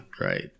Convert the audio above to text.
right